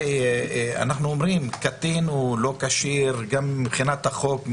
אנחנו אומרים שקטין לא כשיר גם מבחינת החוק,